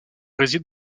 réside